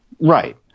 Right